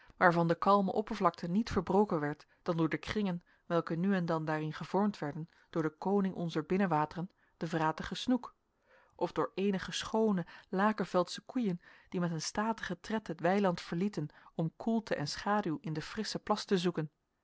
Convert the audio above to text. waarvan de kalme oppervlakte niet verbroken werd dan door de kringen welke nu en dan daarin gevormd werden door den koning onzer binnenwateren den vratigen snoek of door eenige schoone lakenveldsche koeien die met een statigen tred het weiland verlieten om koelte en schaduw in den frisschen plas te zoeken